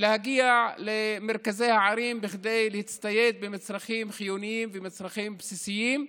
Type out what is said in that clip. להגיע למרכזי הערים כדי להצטייד במצרכים חיוניים ובמצרכים בסיסיים.